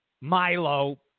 Milo